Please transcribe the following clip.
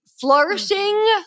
flourishing